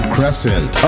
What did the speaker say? Crescent